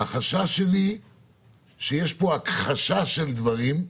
החשש שלי שיש פה הכחשה של דברים,